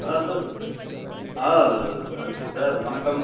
ஆ sir ஆ sir வணக்கம்